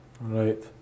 Right